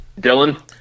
dylan